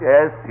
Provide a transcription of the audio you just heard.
Yes